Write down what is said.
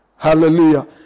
Hallelujah